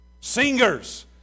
Singers